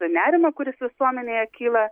nerimą kuris visuomenėje kyla